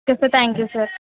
okay sir thank you sir